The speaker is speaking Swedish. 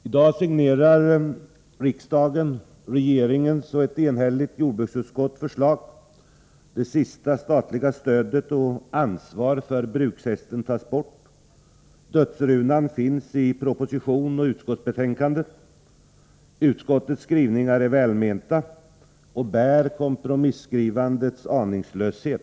I dag signerar riksdagen regeringens och ett enhälligt jordsbruksutskotts förslag — det sista statliga stödet och ansvaret för brukshästen tas bort. Dödsrunan finns i proposition och utskottsbetänkande. Utskottets skrivningar är välmenta och bär kompromisskrivandets aningslöshet.